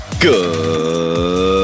Good